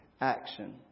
action